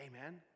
amen